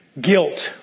Guilt